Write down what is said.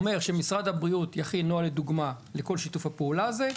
הוא אומר שמשרד הבריאות יכין נוהל לדוגמה לכל שיתוף הפעולה הזה,